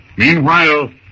Meanwhile